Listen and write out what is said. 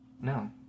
no